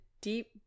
Deep